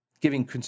giving